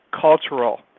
cultural